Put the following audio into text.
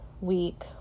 week